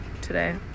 today